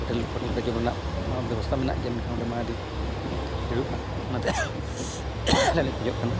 hotel ᱯᱷᱳᱴᱮᱞ ᱨᱮ ᱡᱚᱢ ᱨᱮᱱᱟᱜᱢᱟ ᱵᱮᱵᱚᱥᱛᱷᱟᱢᱟ ᱢᱮᱱᱟᱜ ᱜᱮᱭᱟ ᱢᱮᱱᱠᱷᱟᱱ ᱚᱸᱰᱮᱢᱟ ᱟᱹᱰᱤ ᱵᱷᱤᱲᱚᱜᱼᱟ ᱚᱱᱟᱛᱮ ᱟᱞᱮ ᱞᱮ ᱠᱷᱚᱡᱚᱜ ᱠᱟᱱᱟ